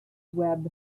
web